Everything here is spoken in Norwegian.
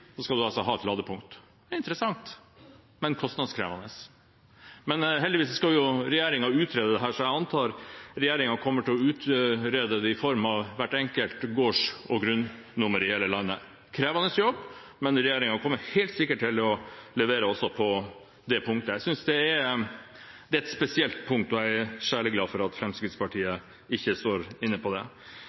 skal man altså ha et ladepunkt. Det er interessant, men kostnadskrevende. Heldigvis skal regjeringen utrede dette, så jeg antar at regjeringen kommer til å utrede det for hvert enkelt gårds- og bruksnummer i hele landet. Det er en krevende jobb, men regjeringen kommer helt sikkert til å levere også på det punktet. Jeg synes det er et spesielt punkt, og jeg er sjeleglad for at Fremskrittspartiet ikke er med på det.